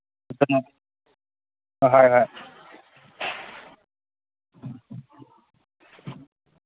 ꯍꯣꯏ ꯍꯣꯏ